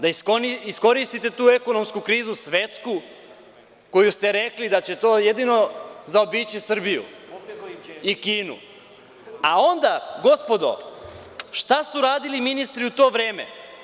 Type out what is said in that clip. Da iskoristite tu ekonomsku krizu svetsku, koju ste rekli da će to jedino zaobići Srbiju i Kinu, a onda gospodo šta su radili ministri u to vreme?